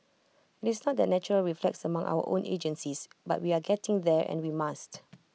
IT is not the natural reflex among our own agencies but we are getting there and we must